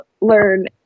learn